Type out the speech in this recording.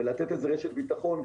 ולתת איזו רשת ביטחון,